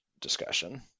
discussion